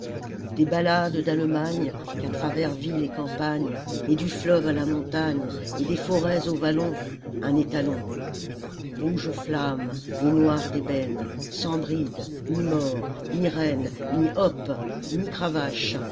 des ballades d'allemagne qu'à travers ville et campagne et du fleuve à la montagne et des forêts au vallon un étalon rouge-flamme et noir d'ébène sans bride ni mors ni rène ni hop ni cravache